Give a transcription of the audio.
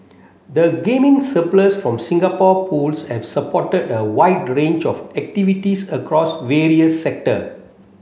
the gaming surplus from Singapore Pools have supported a wide range of activities across various sector